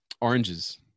Oranges